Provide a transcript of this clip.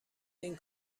این